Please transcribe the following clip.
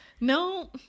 No